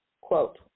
Quote